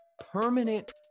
permanent